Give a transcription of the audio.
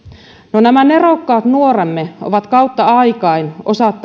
no nämä nerokkaat nuoremme ovat kautta aikain